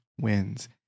wins